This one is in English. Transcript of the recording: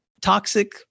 toxic